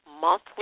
monthly